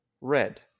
red